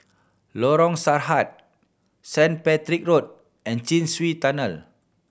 Lorong Sarhad Saint Patrick Road and Chin Swee Tunnel